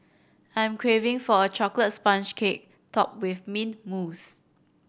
I am craving for a chocolate sponge cake topped with mint mousse